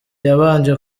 yabanje